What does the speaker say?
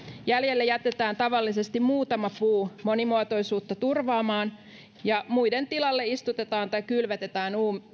jäljelle jätetään tavallisesti muutama puu monimuotoisuutta turvaamaan ja muiden tilalle istutetaan tai